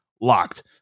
locked